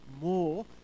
more